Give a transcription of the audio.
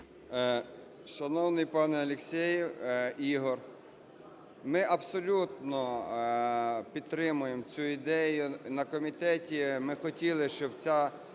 Шановний пане Алексєєв Ігор, ми абсолютно підтримуємо цю ідею. На комітеті ми хотіли, щоби ця